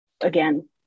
again